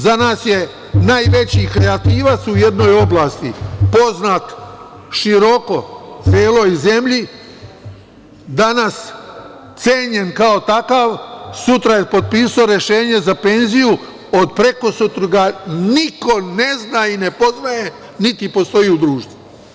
Za nas je najveći kreativac u jednoj oblasti poznat široko celoj zemlji, danas cenjen kao takav, sutra je potpisao rešenje za penziju, od prekosutra ga niko ne zna, ne poznaje, niti postoji u društvu.